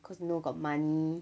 cause you know got money